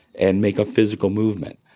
and make a physical movement,